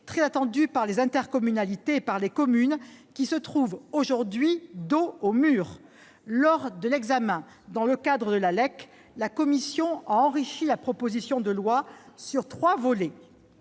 très attendues par les intercommunalités et les communes qui se trouvent aujourd'hui dos au mur. Lors de l'examen dans le cadre de la LEC, la commission a enrichi la proposition de loi sur trois volets.